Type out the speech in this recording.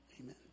Amen